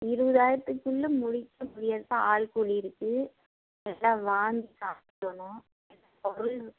இருபதாயிரத்துக்குள்ள முடிக்க முடியாதுப்பா ஆள் கூலி இருக்குது எல்லாம் வாங்கி சமைக்கணும் பொருள்